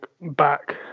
back